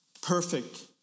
perfect